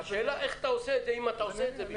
השאלה איך אתה עושה את זה ואם בכלל אתה עושה את זה.